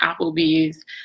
Applebee's